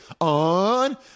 on